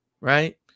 right